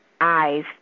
eyes